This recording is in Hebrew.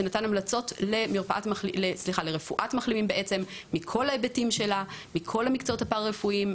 בהמלצות לרפואת מחלימים בכל ההיבטים שלה ומכל המקצועות הפרא-רפואיים,